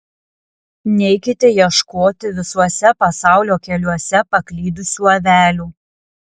neikite ieškoti visuose pasaulio keliuose paklydusių avelių